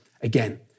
again